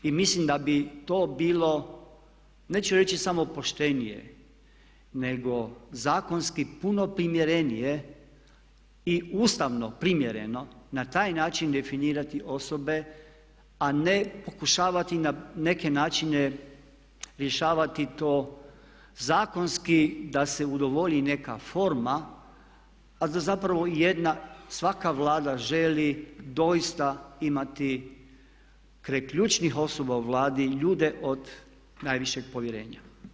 I mislim da bi to bilo, neću reći samo poštenije nego zakonski puno primjerenije i ustavno primjereno na taj način definirati osobe a ne pokušavati na neke načine rješavati to zakonski da se udovolji neka forma a da zapravo jedna, svaka Vlada želi doista imati kraj ključnih osoba u Vladi ljude od najvišeg povjerenja.